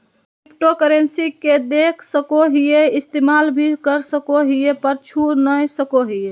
cryptocurrency के देख सको हीयै इस्तेमाल भी कर सको हीयै पर छू नय सको हीयै